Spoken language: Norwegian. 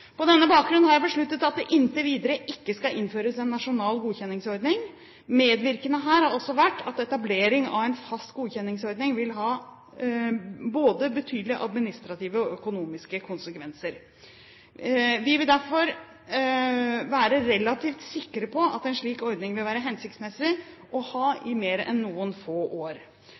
På denne bakgrunn har jeg besluttet at det inntil videre ikke skal innføres en nasjonal godkjenningsordning. Medvirkende her har også vært at etablering av en fast godkjenningsordning vil ha både betydelige administrative og økonomiske konsekvenser. Vi bør derfor være relativt sikre på at en slik ordning vil være hensiktsmessig å ha i mer enn noen få år.